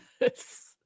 Yes